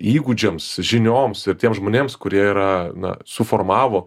įgūdžiams žinioms ir tiems žmonėms kurie yra na suformavo